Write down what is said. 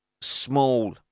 small